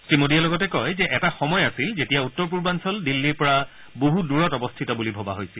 শ্ৰীমোডীয়ে লগতে কয় যে এটা সময় আছিল যেতিয়া উত্তৰ পূৰ্বাঞ্চল দিল্লীৰ পৰা বহু দূৰত অৱস্থিত বুলি ভবা হৈছিল